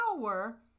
power